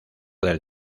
del